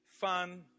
fun